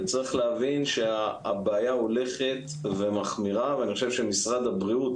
וצריך להבין שהבעיה הולכת ומחמירה ואני חושב שמשרד הבריאות